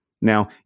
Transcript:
Now